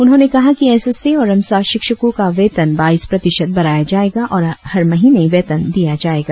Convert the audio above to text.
उन्होंने कहा कि एस ए और रमसा शिक्षको का वेतन बाईस प्रतिशत बढ़ाया जाएगा और हर महिने वेतन दिया जाएगा